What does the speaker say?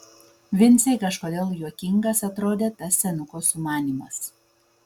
vincei kažkodėl juokingas atrodė tas senuko sumanymas